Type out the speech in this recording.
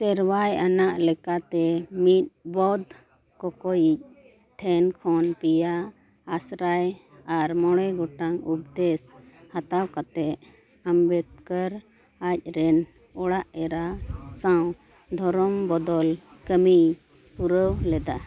ᱥᱮᱨᱣᱟᱭ ᱟᱱᱟᱜ ᱞᱮᱠᱟᱛᱮ ᱢᱤᱫ ᱵᱳᱫᱽᱫᱷ ᱠᱚᱠᱚᱭᱤᱡ ᱴᱷᱮᱱ ᱠᱷᱚᱱ ᱯᱮᱭᱟ ᱟᱥᱨᱟᱭ ᱟᱨ ᱢᱚᱬᱮ ᱜᱚᱴᱟᱝ ᱩᱯᱚᱫᱮᱥ ᱦᱟᱛᱟᱣ ᱠᱟᱛᱮᱫ ᱟᱢᱵᱮᱫᱠᱚᱨ ᱟᱡᱨᱮᱱ ᱚᱲᱟᱜ ᱮᱨᱟ ᱥᱟᱶ ᱫᱷᱚᱨᱚᱢ ᱵᱚᱫᱚᱞ ᱠᱟᱹᱢᱤᱭ ᱯᱩᱨᱟᱹᱣ ᱞᱮᱫᱟ